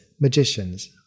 magicians